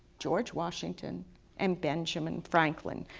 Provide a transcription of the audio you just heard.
george washington and benjamin franklin.